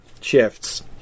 shifts